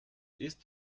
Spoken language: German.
ist